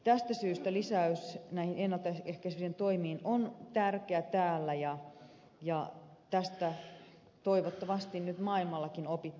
tästä syystä lisäys näihin ennalta ehkäiseviin toimiin on tärkeä täällä ja toivottavasti tästä maailmallakin nyt opittaisiin